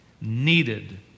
needed